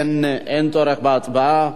אין צורך בהצבעה.